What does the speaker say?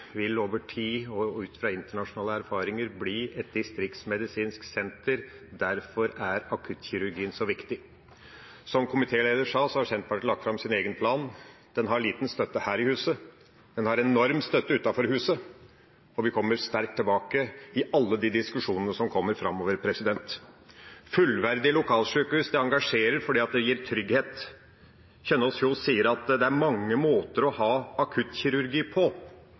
viktig. Som komitélederen sa, har Senterpartiet lagt fram sin egen plan. Den har liten støtte her i huset. Den har enorm støtte utenfor huset, og vi kommer sterkt tilbake i alle de diskusjonene som kommer framover. Fullverdige lokalsykehus engasjerer fordi det gir trygghet. Kjønaas Kjos sier at det er mange måter å ha akuttkirurgi på.